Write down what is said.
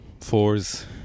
fours